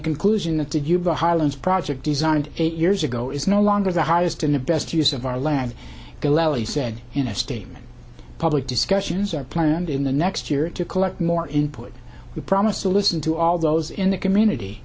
conclusion that did you the highlands project designed eight years ago is no longer the highest in the best use of our land he said in a statement public discussions are planned in the next year to collect more input we promise to listen to all those in the community